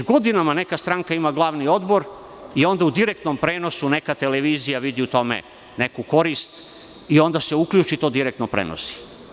Već godinama neka stranka ima glavni odbor i onda u direktnom prenosu neka televizija vidi u tome neku korist i onda se uključi i to direktno prenosi.